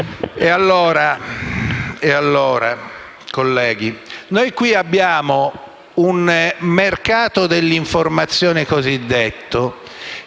E allora, colleghi, noi qui abbiamo un mercato dell'informazione cosiddetto